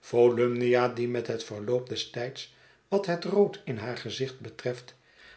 volumnia die met het verloop des tijds wat het rood in haar gezicht betreft